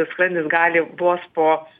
skrandis gali vos po